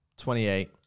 28